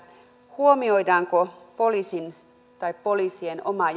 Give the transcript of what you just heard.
huomioidaanko poliisien omaa